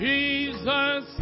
Jesus